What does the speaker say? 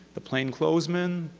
the plainclothesman,